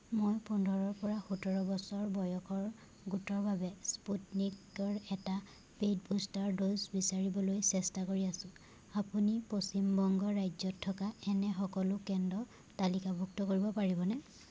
মই পোন্ধৰৰ পৰা সোতৰ বছৰ বয়সৰ গোটৰ বাবে স্পুটনিকৰ এটা পে'ইড বুষ্টাৰ ড'জ বিচাৰিবলৈ চেষ্টা কৰি আছোঁ আপুনি পশ্চিমবংগ ৰাজ্যত থকা এনে সকলো কেন্দ্ৰ তালিকাভুক্ত কৰিব পাৰিবনে